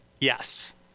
Yes